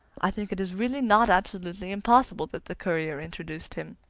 i think it is really not absolutely impossible that the courier introduced him.